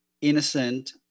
innocent